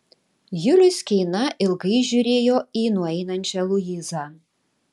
julius keina ilgai žiūrėjo į nueinančią luizą